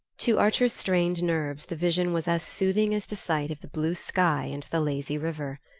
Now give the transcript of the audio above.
to archer's strained nerves the vision was as soothing as the sight of the blue sky and the lazy river.